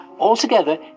Altogether